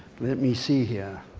let me see here.